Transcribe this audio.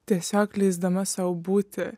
tiesiog leisdama sau būti